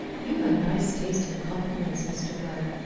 you've a nice taste in compliments, mr. blood.